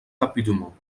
rapidement